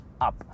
up